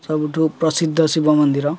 ସବୁଠୁ ପ୍ରସିଦ୍ଧ ଶିବ ମନ୍ଦିର